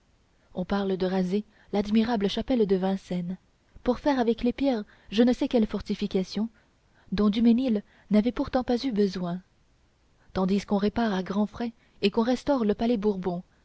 on parle de raser l'admirable chapelle de vincennes pour faire avec les pierres je ne sais quelle fortification dont daumesnil n'avait pourtant pas eu besoin tandis qu'on répare à grands frais et qu'on restaure le palais bourbon